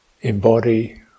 embody